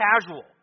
casual